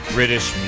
British